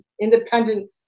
independent